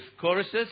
choruses